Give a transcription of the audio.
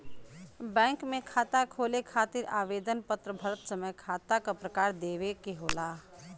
bank में खाता खोले खातिर आवेदन पत्र भरत समय खाता क प्रकार देवे के होला